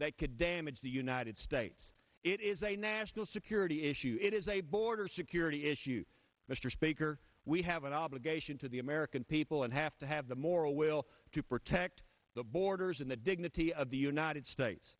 that could damage the united states it is a national security issue it is a border security issue mr speaker we have an obligation to the american people and have to have the moral will to protect the borders and the dignity of the united states